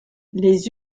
les